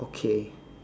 okay